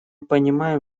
понимаем